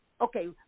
Okay